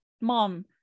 mom